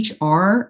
HR